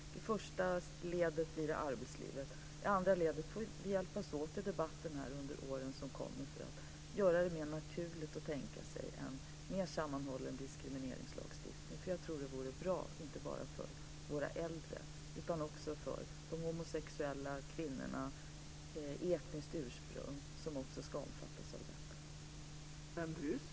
I det första ledet är det arbetslivet, i det andra får vi hjälpas åt i debatten under åren som kommer för att göra det mer naturligt att tänka sig en mer sammanhållen diskrimineringslagstiftning. Jag tror att det vore bra, inte bara för våra äldre utan också för de homosexuella, kvinnorna, dem med annat etniskt ursprung, som också ska omfattas av detta.